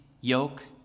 yoke